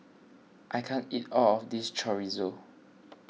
I can't eat all of this Chorizo